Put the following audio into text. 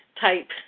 type